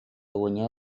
guanyà